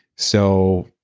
so,